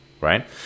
right